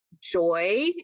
joy